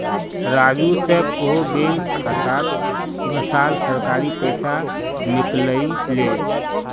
राजू स कोहो बैंक खातात वसाल सरकारी पैसा निकलई ले